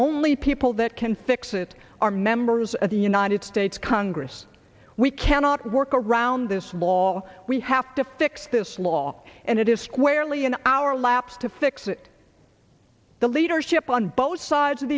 only people that can fix it are members of the united states congress we cannot work around this wall we have to fix this law and it is squarely in our laps to fix it the leadership on both sides of